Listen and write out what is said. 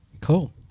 Cool